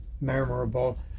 memorable